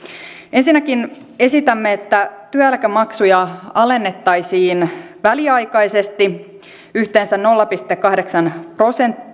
ensinnäkin esitämme että työeläkemaksuja alennettaisiin väliaikaisesti yhteensä nolla pilkku kahdeksan prosentin